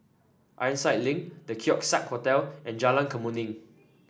Ironside Link The Keong Saik Hotel and Jalan Kemuning